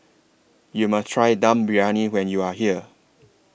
YOU must Try Dum Briyani when YOU Are here